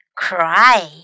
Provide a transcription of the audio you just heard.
cry